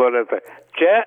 loreta čia